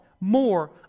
more